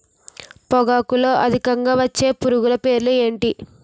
పొగాకులో అధికంగా వచ్చే పురుగుల పేర్లు ఏంటి